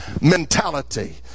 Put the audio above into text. mentality